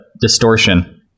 distortion